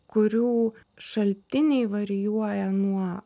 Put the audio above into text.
kurių šaltiniai varijuoja nuo